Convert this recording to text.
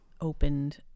opened